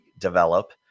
develop